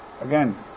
again